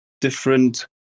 different